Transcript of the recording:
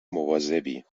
مواظبی